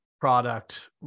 product